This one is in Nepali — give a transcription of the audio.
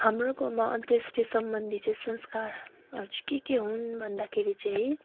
हाम्रोमा अन्त्येष्टि सम्बन्धी चाहिँ संस्कारहरू चाहिँ के के हुन् भन्दाखेरि चाहिँ